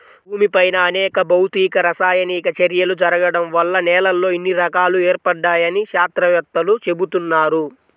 భూమిపైన అనేక భౌతిక, రసాయనిక చర్యలు జరగడం వల్ల నేలల్లో ఇన్ని రకాలు ఏర్పడ్డాయని శాత్రవేత్తలు చెబుతున్నారు